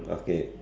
okay